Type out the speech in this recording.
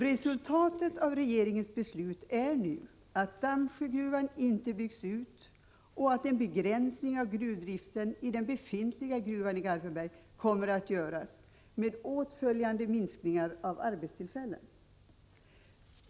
Resultatet av regeringens beslut är att Dammsjögruvan inte byggs ut och att en begränsning av gruvdriften i den befintliga gruvan i Garpenberg kommer att göras; med åtföljande minskningar av arbetstillfällen.